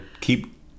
keep